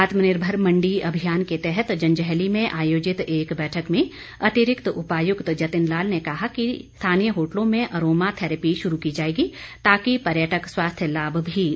आत्मनिर्भर मण्डी अभियान के तहत जंजैहली में आयोजित एक बैठक में अतिरिक्त उपायुक्त जतिन लाल ने कहा कि ने स्थानीय होटलों में अरोमा थैरेपी शुरू की जाएगी ताकि पर्यटक स्वास्थ्य लाभ भी उठा सकें